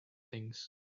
things